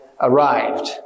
arrived